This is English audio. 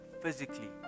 physically